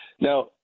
Now